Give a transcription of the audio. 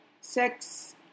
Sex